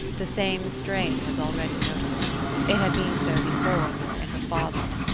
the same strain was already notable it had been so before her in her father,